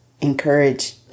encourage